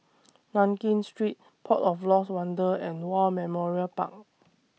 Nankin Street Port of Lost Wonder and War Memorial Park